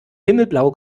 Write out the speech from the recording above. himmelblau